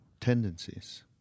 tendencies